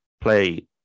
play